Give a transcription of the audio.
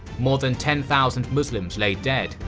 more than ten thousand muslims lay dead,